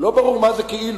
לא ברור מה זה "כאילו".